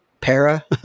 Para